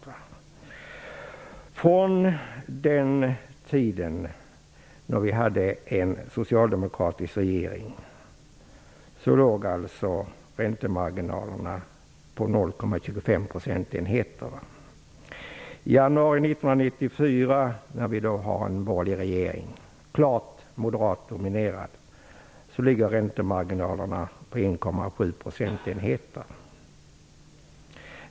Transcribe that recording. På den tiden då vi hade en socialdemokratisk regering låg räntemarginalerna på 0,25 procentenheter. I januari 1994, när vi har en klart moderatdominerad borgerlig regering, ligger räntemarginalerna på 1,7 procentenheter.